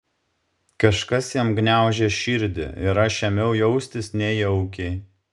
kažkas jam gniaužė širdį ir aš ėmiau jaustis nejaukiai